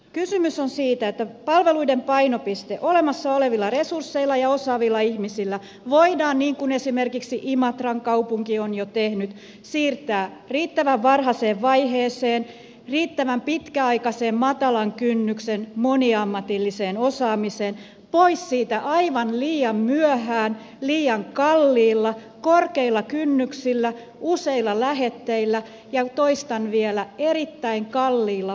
kysymys on siitä että palveluiden painopiste olemassa olevilla resursseilla ja osaavilla ihmisillä voidaan niin kuin esimerkiksi imatran kaupunki on jo tehnyt siirtää riittävän varhaiseen vaiheeseen riittävän pitkäaikaiseen matalan kynnyksen moniammatilliseen osaamiseen pois siitä mikä tapahtuu aivan liian myöhään liian kalliilla korkeilla kynnyksillä useilla lähetteillä ja toistan vielä erittäin kalliilla hoitomuodoilla